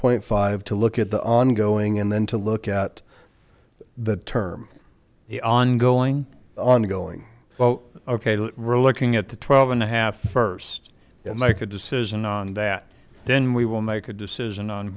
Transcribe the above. point five to look at the ongoing and then to look at that term the on going on going well ok relaxing at the twelve and a half first and make a decision on that then we will make a decision on